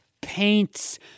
paints